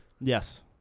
Yes